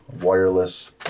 wireless